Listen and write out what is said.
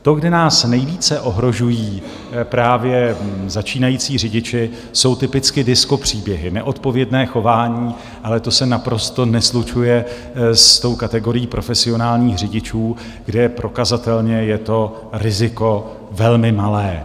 To, kde nás nejvíce ohrožují právě začínající řidiči, jsou typicky discopříběhy, neodpovědné chování, ale to se naprosto neslučuje s tou kategorií profesionálních řidičů, kde prokazatelně je to riziko velmi malé.